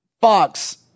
Fox